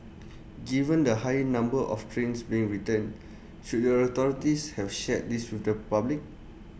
given the high number of trains being returned should the authorities have shared this with the public